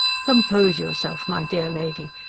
compose yourself, my dear lady.